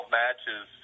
matches